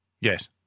Yes